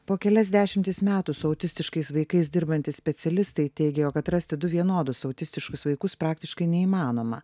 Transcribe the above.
po kelias dešimtis metų su autistiškais vaikais dirbantys specialistai teigia jog atrasti du vienodus autistiškus vaikus praktiškai neįmanoma